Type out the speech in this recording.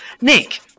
Nick